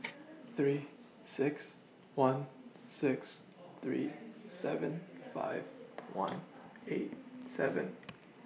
three six one six three seven five one eight seven